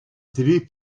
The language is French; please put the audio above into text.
télé